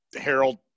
Harold